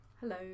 hello